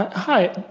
hi.